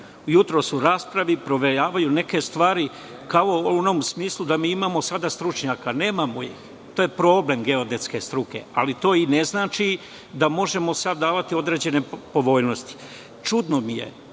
jutros u raspravi provejavaju neke stvari, kao u onom smislu da mi imamo sada stručnjake. Nemamo ih i to je problem geodetske struke, ali to i ne znači da možemo sada davati određene povoljnosti. Čudno mi je